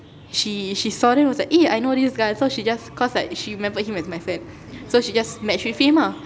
she she saw him and was like eh I know this guy so she just cause like she remembered him as my friend so she just match with him ah